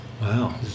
Wow